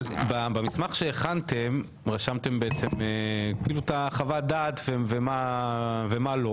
אבל במסמך שהכנתם רשמתם בעצם כאילו את חוות הדעת ומה לא,